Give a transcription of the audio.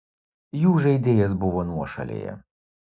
jų žaidėjas buvo nuošalėje